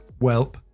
Welp